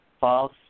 false